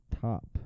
Top